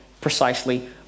precisely